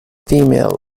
female